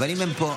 אבל אם הם פה,